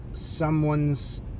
someone's